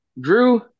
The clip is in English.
Drew